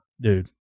Dude